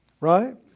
right